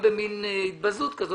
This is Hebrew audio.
במין התבזות כזאת.